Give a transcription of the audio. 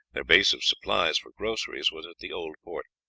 their base of supplies for groceries was at the old port.